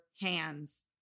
hands